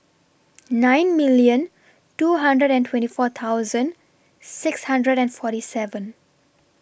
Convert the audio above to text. nine million two hundred and twenty four thousand six hundred and forty seven